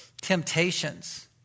temptations